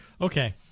okay